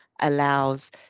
allows